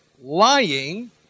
Lying